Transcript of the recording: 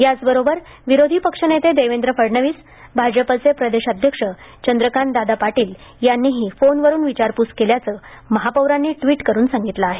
याबरोबरच विरोधी पक्षनेते देवेंद्र फडणवीस भाजपचे प्रदेशाध्यक्ष चंद्रकांत दादा पाटील यांनीही फोनवरुन विचारप्स केल्याचं महापौरांनी ट्विट करून सांगितलं आहे